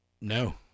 No